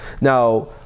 Now